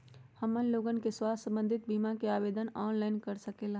हमन लोगन के स्वास्थ्य संबंधित बिमा का आवेदन ऑनलाइन कर सकेला?